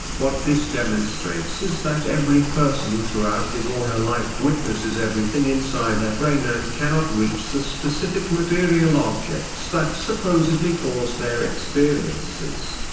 what this demonstrates is that every person throughout his or her life witnesses everything inside their brain and cannot reach the specific material objects that supposedly cause their experiences.